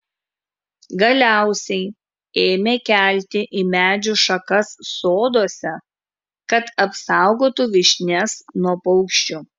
galiausiai ėmė kelti į medžių šakas soduose kad apsaugotų vyšnias nuo paukščių